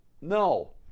No